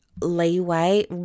leeway